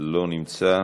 לא נמצא,